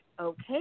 okay